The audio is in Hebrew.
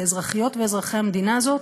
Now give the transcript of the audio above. לאזרחיות ואזרחי המדינה הזאת,